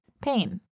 pain